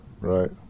right